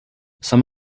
some